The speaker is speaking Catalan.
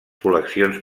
col·leccions